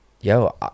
yo